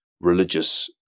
religious